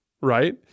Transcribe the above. right